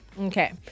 okay